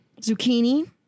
Zucchini